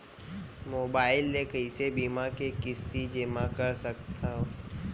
Mobile ले कइसे बीमा के किस्ती जेमा कर सकथव?